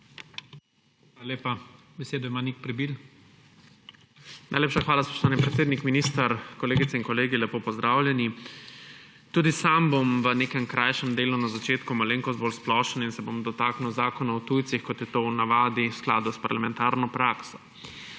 **NIK PREBIL (PS LMŠ):** Najlepša hvala, spoštovani predsednik. Minister, kolegice in kolegi, lepo pozdravljeni! Tudi sam bom v nekem krajšem delu na začetku malenkost bolj splošen in se bom dotaknil Zakona o tujcih, kot je to v navadi v skladu s parlamentarno prakso.